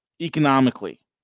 economically